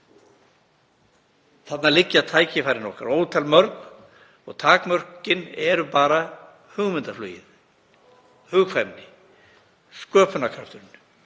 Þarna liggja tækifærin okkar ótal mörg og takmörkin eru bara hugmyndaflugið, hugkvæmni, sköpunarkrafturinn.